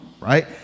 right